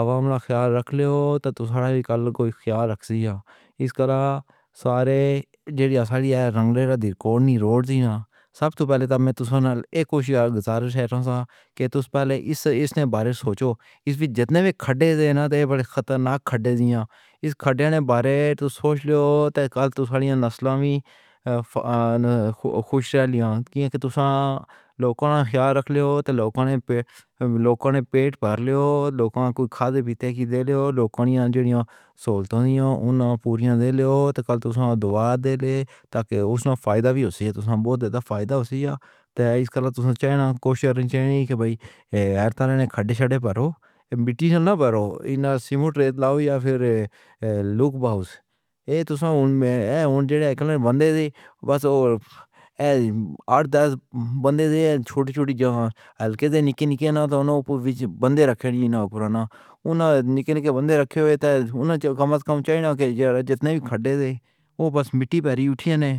عوام نے خیال رکھ لیا تے ساری کل کوئی خیال رکھ سیا۔ اس دا سارے جیئے رنگلے کونی روڈ جی نے سب کو پہلے تے میں تساں توں اک گُزارش اے۔ ہُندا اے کہ تساں پے لے ایس وار سوچو۔ ایس وی جتنے وی کھڈے نے، خطرناک کھڈے نے۔ ایس کھڈے دے بارے تے سوچ لو تے کل پوری نسل وی خوش رہ لیا۔ کیونکہ تساں لوکاں نے خیال رکھ لیا تے لوکاں نے لوکاں نے پیٹ بھر لیا۔ لوکاں کوں کھادی پیندی دے لو تے مقبول۔ آزاد تے اوہناں کوں پوری دے لو تے کل دعا دے لو تاں کہ اس دا فائدہ وی ہووے۔ بہت زیادہ فائدہ ہوسی تے تساں چاہے ناں کوشش کرو کہ بھائی یا تے کھڈے بھرو مٹی نال بھرو ایہناں کوں سیمنٹ ریت لاؤ یا پھر لوگا اوس توں اوہناں وچوں اک بندہ سی۔ بس اٹھ دس بندے سن۔ چھوٹے چھوٹے ہلکے نکل نکل کر انا کوں بند رکھے۔ ایہناں تے انا کڈھ کے بند رکھے ہوئے نے۔ کماؤ نے کہ جتنے وی کھڈے نے اوہ بس مٹی بھری اُٹھی نے